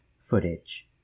footage